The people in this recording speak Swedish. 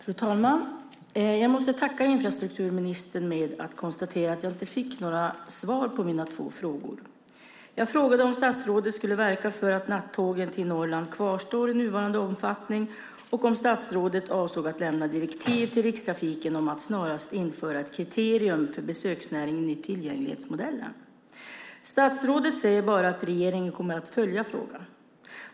Fru talman! Jag måste tacka infrastrukturministern med att konstatera att jag inte fick några svar på mina två frågor. Jag frågade om statsrådet skulle verka för att nattågen till Norrland kvarstår i nuvarande omfattning och om statsrådet avsåg att lämna direktiv till Rikstrafiken om att snarast införa ett kriterium för besöksnäringen i tillgänglighetsmodellen. Statsrådet säger bara att regeringen kommer att följa frågan.